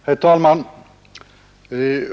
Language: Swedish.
Herr talman!